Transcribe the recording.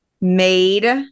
made